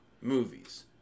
movies